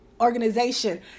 organization